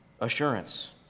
assurance